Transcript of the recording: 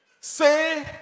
Say